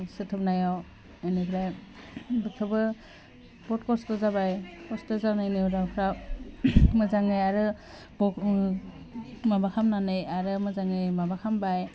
सुथाबनायाव बिनिफ्राय बेखौबो बहुत खस्थ' जाबाय खस्थ' जानायनि मोजाङै आरो माबा खालामनानै आरो मोजाङै माबा खालामबाय